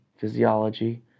physiology